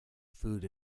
food